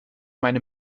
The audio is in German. meine